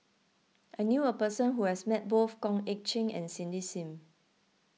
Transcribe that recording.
I knew a person who has met both Goh Eck Kheng and Cindy Sim